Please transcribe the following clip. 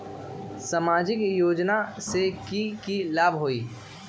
सामाजिक योजना से की की लाभ होई?